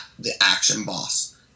theactionboss